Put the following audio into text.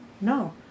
no